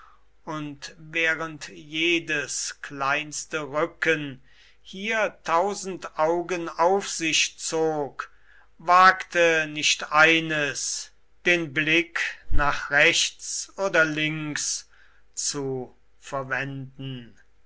und während jedes kleinste rücken hier tausend augen auf sich zog wagte nicht eines den blick nach rechts oder links zu verwenden